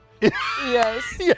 Yes